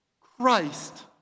Christ